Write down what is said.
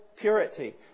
purity